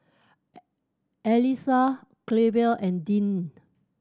Allyssa Clevie and Deane